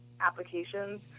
applications